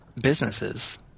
businesses